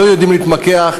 לא יודעים להתמקח,